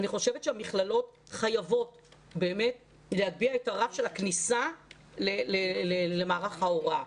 אני חושבת שהמכללות חייבות להגביה את הרף של הכניסה למערך ההוראה.